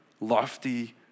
lofty